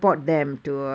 ya